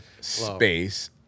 Space